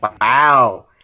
wow